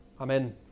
Amen